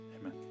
amen